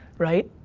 right?